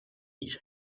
his